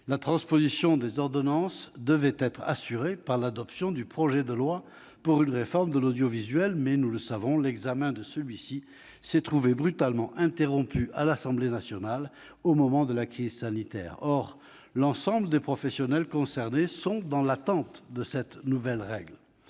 la transposition des directives devait être assurée par l'adoption du projet de loi pour une réforme de l'audiovisuel, mais, nous le savons, l'examen de celui-ci s'est trouvé brutalement interrompu à l'Assemblée nationale au moment de la crise sanitaire. Or l'ensemble des professionnels concernés attendent cette nouvelle règle.